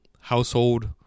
household